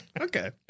okay